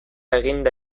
eginda